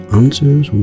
answers